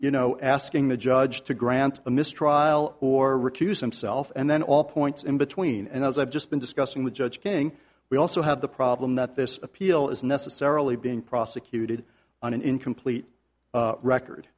you know asking the judge to grant a mistrial or recuse himself and then all points in between and as i've just been discussing with judge king we also have the problem that this appeal is necessarily being prosecuted on an incomplete record